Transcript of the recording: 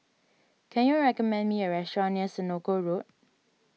can you recommend me a restaurant near Senoko Road